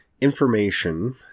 information